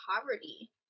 poverty